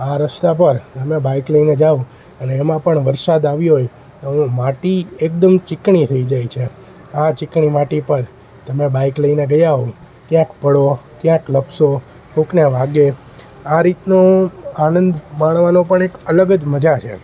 આ રસ્તા પર તમે બાઈક લઈને જાઓ અને એમાં પણ વરસાદ આવ્યો હોય તો હું માટી એકદમ ચીકણી થઈ જાય છે આ ચીકણી માટી પર તમે બાઈક લઈને ગયા હો ક્યાંક પડો ક્યાંક લપસો કોઈકને વાગે આ રીતનો આનંદ માણવાનો પણ એક અલગ જ મજા છે